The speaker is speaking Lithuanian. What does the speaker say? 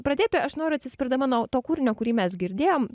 pradėti aš noriu atsispirdama nuo to kūrinio kurį mes girdėjom